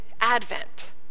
Advent